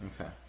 Okay